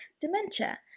dementia